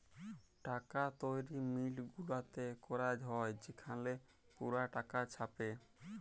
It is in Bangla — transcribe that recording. টাকা তৈরি মিল্ট গুলাতে ক্যরা হ্যয় সেখালে পুরা টাকা ছাপে